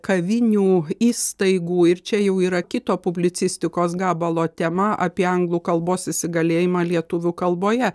kavinių įstaigų ir čia jau yra kito publicistikos gabalo tema apie anglų kalbos įsigalėjimą lietuvių kalboje